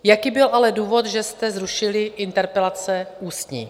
Jaký byl ale důvod, že jste zrušili interpelace ústní?